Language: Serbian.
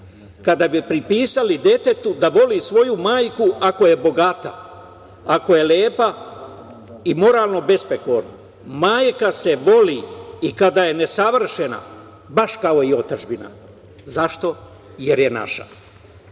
kada bi pripisali detetu da voli svoju majku ako je bogata, ako je lepa i moralno besprekorna. Majka se voli i kada je nesavršena, baš kao i otadžbina. Zašto? Jer je naša.